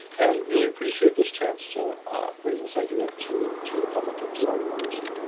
and really appreciate this chance to bring this idea to to the public and to our democracy,